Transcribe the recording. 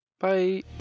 Bye